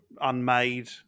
unmade